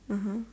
(uh huh)